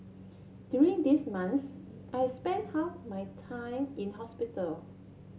during these months I spent half my time in hospital